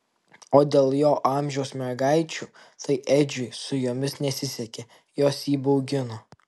o dėl jo amžiaus mergaičių tai edžiui su jomis nesisekė jos jį baugino